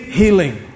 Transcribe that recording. healing